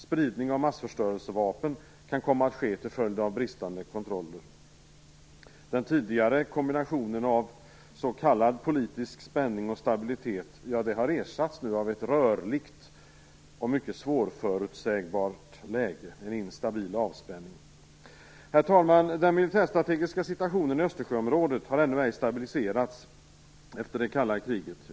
Spridning av massförstörelsevapen kan komma att ske till följd av bristande kontroller. Den tidigare kombinationen av s.k. politisk spänning och stabilitet har nu ersatts av ett rörligt och mycket svårförutsägbart läge; en instabil avspänning. Herr talman! Den militärstrategiska situationen i Östersjöområdet har ännu ej stabiliserats efter det kalla kriget.